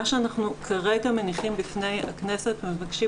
מה שאנחנו כרגע מניחים בפני הכנסת ומבקשים